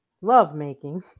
lovemaking